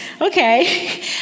Okay